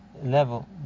level